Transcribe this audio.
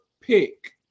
pick